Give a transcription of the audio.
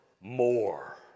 more